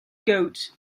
goat